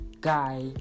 guy